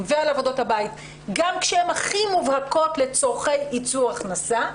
ועל עבודות הבית גם כשהן הכי מובהקות לצורכי ייצור הכנסה.